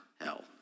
hell